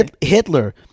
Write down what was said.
Hitler